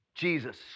Jesus